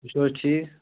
تُہۍ چھُو حظ ٹھیٖک